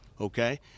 okay